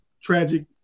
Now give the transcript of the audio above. tragic